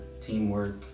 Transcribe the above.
teamwork